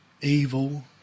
Evil